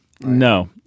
No